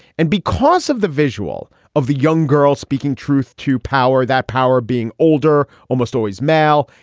and because of the visual of the young girl speaking truth to power, that power being older, almost always male.